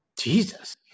jesus